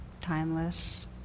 timeless